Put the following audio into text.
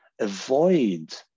avoid